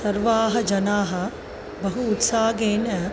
सर्वाः जनाः बहु उत्साहेन